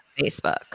Facebook